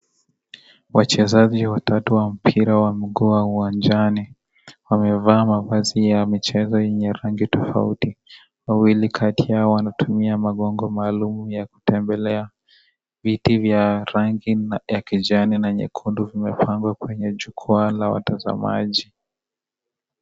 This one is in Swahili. Wachezaji watatu wa mpira wa mguu wao uwanjani. Wamevaa mavazi ya mchezo yenye rangi tofauti. Wawili kati yao wanatumia magongo maalum ya kutembelea. viti vya rangi ya kijani na nyekundu vimepangwa kwenye jukwaa la watazamaji.